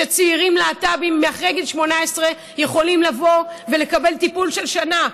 שצעירים להט"בים אחרי גיל 18 יכולים לבוא ולקבל טיפול של שנה.